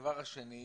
הדבר השני.